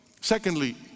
secondly